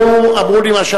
הוא מחייב גם להגיע.